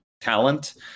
Talent